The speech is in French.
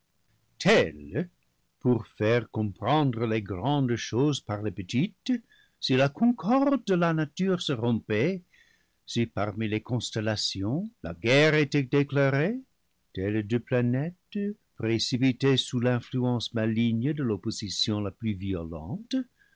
telles pour faire comprendre les grandes choses par les petites si la concorde de la nature se rompait si parmi les con stellations la guerre était déclarée telles deux planètes préci pitées sous l'influence maligne de l'opposition la plus violente